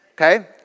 Okay